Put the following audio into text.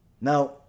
Now